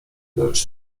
lecz